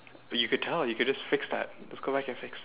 you could tell you could just fix that just go back and fix